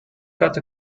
cut